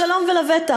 בשלום ולבטח.